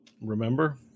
Remember